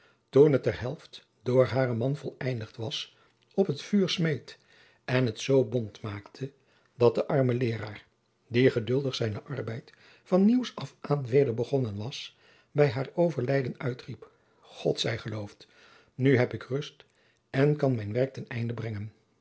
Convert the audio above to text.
toen het ter helft door haren man voleindigd was op het vuur smeet en het zoo bont maakte dat de arme leeraar die geduldig zijnen arbeid van nieuws af aan weder begonnen was bij haar overlijden uitriep god zij geloofd nu heb ik rust en kan mijn werk ten einde brengen